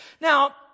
Now